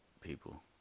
people